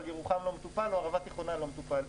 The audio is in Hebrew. אבל ירוחם לא מטופל או ערבה תיכונה לא מטופל.